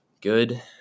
good